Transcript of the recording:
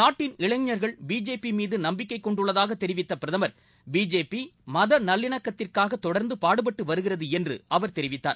நாட்டின் இளைஞர்கள் பிஜேபி மீது நம்பிக்கை கொண்டுள்ளதாக தெரிவித்த பிரதமர் பிஜேபி மத நல்லிணக்கத்திற்காக தொடர்ந்து பாடுபட்டு வருகிறது என்று அவர் தெரிவித்தார்